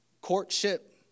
Courtship